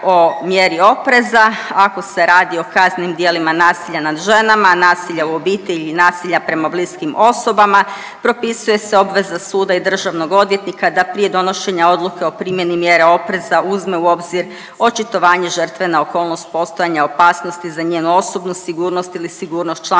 o mjeri opreza, ako se radi o kaznenim djelima nasilja nad ženama, nasilja u obitelji i nasilja prema bliskim osobama, propisuje se obveza suda i državnog odvjetnika da prije donošenja odluke o primjeni mjere opreza, uzme u obzir očitovanje žrtve na okolnost postojanja opasnosti za njenu osobnu sigurnost ili sigurnost članova